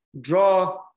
draw